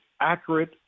accurate